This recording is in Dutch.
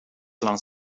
langs